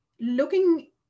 Looking